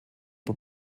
die